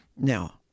now